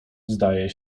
zdaje